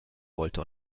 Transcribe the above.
wollte